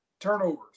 turnovers